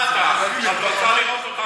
את רוצה לראות אותנו בחוץ?